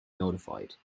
notified